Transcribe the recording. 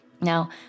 Now